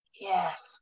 Yes